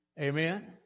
Amen